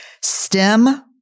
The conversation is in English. STEM